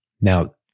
Now